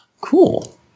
Cool